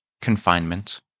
Confinement